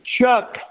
Chuck